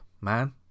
man